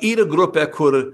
yra grupė kur